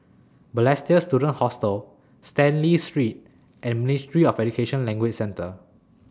Balestier Student Hostel Stanley Street and Ministry of Education Language Centre